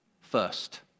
first